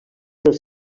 dels